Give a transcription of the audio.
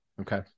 okay